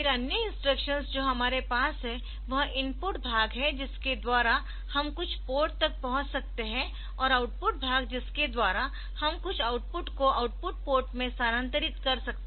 फिर अन्य इंस्ट्रक्शंस जो हमारे पास है वह इनपुट भाग है जिसके द्वारा हम कुछ पोर्ट तक पहुँच सकते है और आउटपुट भाग जिसके द्वारा हम कुछ आउटपुट को आउटपुट पोर्ट में स्थानांतरित कर सकते है